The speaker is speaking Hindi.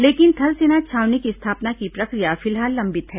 लेकिन थल सेना छावनी की स्थापना की प्रक्रिया फिलहाल लंबित है